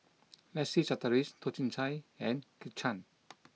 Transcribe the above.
Leslie Charteris Toh Chin Chye and Kit Chan